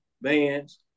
bands